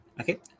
okay